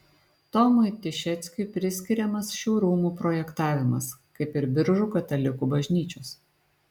tomui tišeckiui priskiriamas šių rūmų projektavimas kaip ir biržų katalikų bažnyčios